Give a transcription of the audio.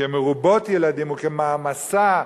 כמרובות ילדים וכמעמסה.